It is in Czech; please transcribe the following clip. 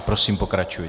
Prosím, pokračujte.